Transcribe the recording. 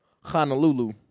Honolulu